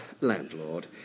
Landlord